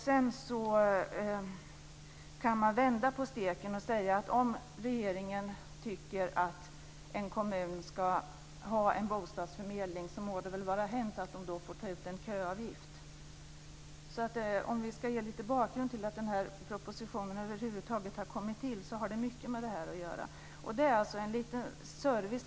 Sedan kan man vända på steken och säga att om regeringen tycker att en kommun ska ha en bostadsförmedling må det vara hänt att kommunen får ta ut en köavgift. Om vi ska ge lite bakgrund till att den här propositionen över huvud taget har kommit till har det mycket med det här att göra. Det är alltså en service.